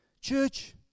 Church